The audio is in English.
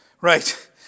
right